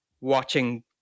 watching